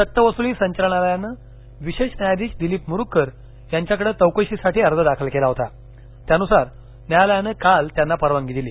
सक्तवसुली संचालनालयानं विशेष न्यायाधीश दिलीप मुरुगकर यांच्याकडे चौकशी साठी अर्ज दाखल केला होता त्यानुसार न्यायालयाने काल त्यांना परवानगी दिली